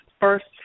first